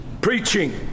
preaching